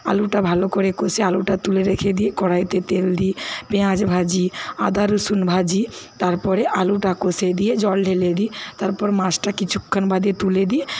আলুটা ভালো করে কষে আলুটা তুলে রেখে দিয়ে কড়াইতে তেল দিই পেঁয়াজ ভাজি আদা রসুন ভাজি তারপরে আলুটা কষে দিয়ে জল ঢেলে দিই তারপর মাছটা কিছুক্ষণ বাদে তুলে দিই